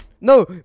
No